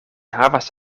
havas